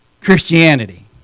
Christianity